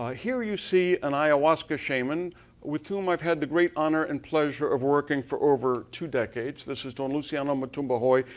ah here you see an ayahuasca shaman with whom i've had the great honor and pleasure of working for over two decades, this is don luciano mutumbajoy.